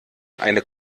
eine